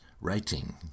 writing